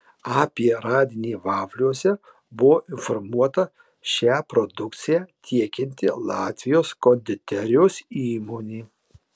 apie radinį vafliuose buvo informuota šią produkciją tiekianti latvijos konditerijos įmonė